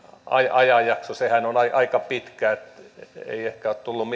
ajanjakso sehän on aika pitkä ei ehkä ole tullut